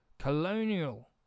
Colonial